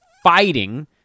fighting